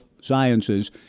sciences